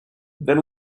then